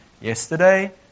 yesterday